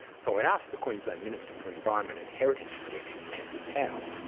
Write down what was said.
so i asked the queensland minister for environment and heritage protection andrew powell,